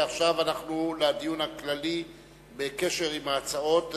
ועכשיו אנחנו עוברים לדיון הכללי בקשר להצעות.